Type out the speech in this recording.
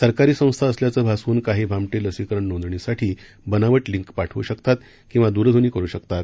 सरकारी संस्था असल्याचं भासवून काही भामटे लसीकरण नोंदणासाठी बनावट लिंक पाठवू शकतात किंवा दूरध्वनी करु शकतात